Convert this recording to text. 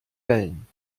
wellen